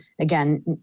again